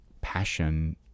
passion